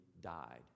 died